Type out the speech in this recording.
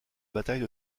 bataille